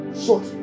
short